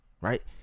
Right